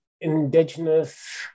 indigenous